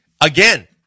again